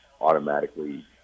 automatically